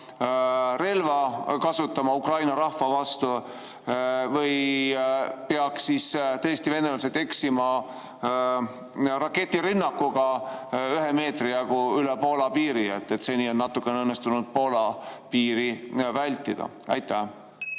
keemiarelva kasutama Ukraina rahva vastu? Või peaks tõesti venelased eksima raketirünnakuga ühe meetri jagu üle Poola piiri? Seni on natukene õnnestunud Poola piiri vältida. Suur